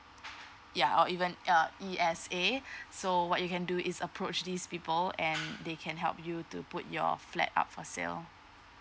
ya or even uh E_S_A so what you can do is approach these people and they can help you to put your flat up for sale